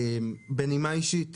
בנימה אישית,